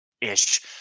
ish